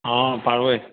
অঁ পাৰই